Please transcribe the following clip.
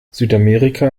südamerika